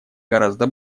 гораздо